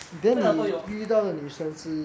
这两都有